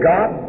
God